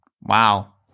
Wow